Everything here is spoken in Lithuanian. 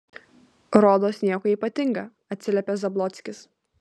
rodos nieko ypatinga atsiliepė zablockis